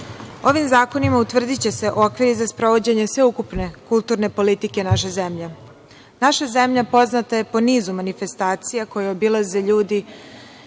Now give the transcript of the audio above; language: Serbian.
Ovim zakonima utvrdiće se okviri za sprovođenje sveukupne kulturne politike naše zemlje. Naša zemlja poznata je po nizu manifestacija koje obilaze ljudi